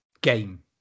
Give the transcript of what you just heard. game